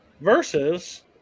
Versus